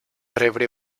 rebre